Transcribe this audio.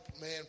man